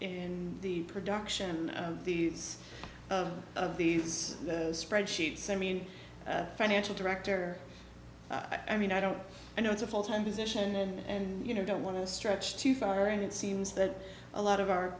in the production of these of these spreadsheets i mean financial director i mean i don't i know it's a full time position and you know you don't want to stretch too far and it seems that a lot of our